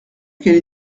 qu’elle